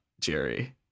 Jerry